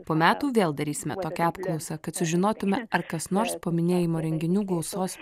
po metų vėl darysime tokią apklausą kad sužinotume ar kas nors po minėjimo renginių gausos